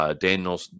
Daniel